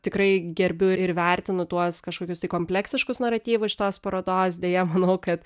tikrai gerbiu ir vertinu tuos kažkokius tai kompleksiškus naratyvus šitos parodos deja manau kad